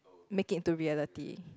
make it into reality